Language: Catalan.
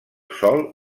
sòl